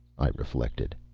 i reflected.